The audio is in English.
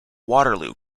waterloo